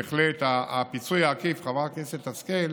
בהחלט הפיצוי העקיף, חברת הכנסת השכל,